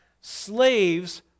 slaves